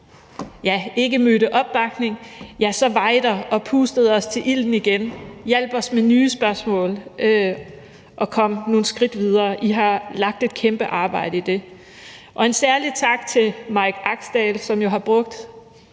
ikke mødte opbakning, var I der og pustede til ilden igen og hjalp os med nye spørgsmål, så vi kunne komme nogle skridt videre. I har lagt et kæmpe arbejde i det. Og en særlig tak til Mike Axdal, som jo har brugt